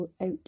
out